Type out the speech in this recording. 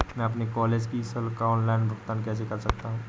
मैं अपने कॉलेज की शुल्क का ऑनलाइन भुगतान कैसे कर सकता हूँ?